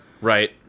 Right